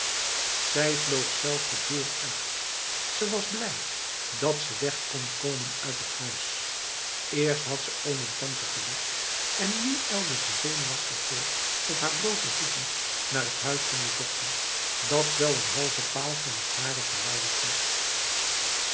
zij vloog zelf de deur uit ze was blij dat ze weg kon komen uit het huis eerst had ze oom en tante gewekt en nu ijlde ze zenuwachtig voort op haar blote voeten naar het huis van de dokter dat wel een halve paal van t hare verwijderd was